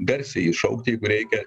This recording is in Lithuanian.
garsiai šaukti jeigu reikia